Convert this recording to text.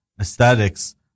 aesthetics